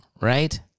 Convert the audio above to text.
right